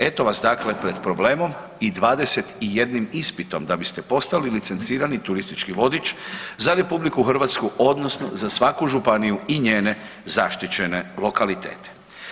Eto vas dakle pred problemom i 21 ispitom da biste postali licencirani turistički vodič za RH odnosno za svaku županiju i njene zaštićene lokalitete.